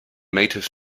native